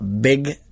big